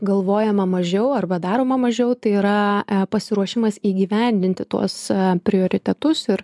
galvojama mažiau arba daroma mažiau tai yra pasiruošimas įgyvendinti tuos prioritetus ir